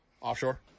Offshore